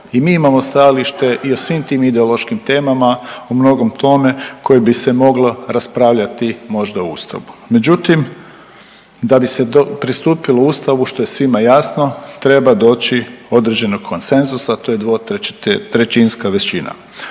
i mi imamo stajalište i o svim tim ideološkim temama u mnogom tome koje bi se moglo raspravljati možda u Ustavu. Međutim, da bi se pristupilo Ustavu što je svima jasno treba doći do određenog konsenzusa, a to je 2/3 većina.